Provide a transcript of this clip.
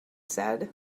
said